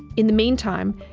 in the meantime,